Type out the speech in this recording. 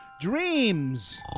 dreams